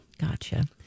Gotcha